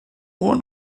uhr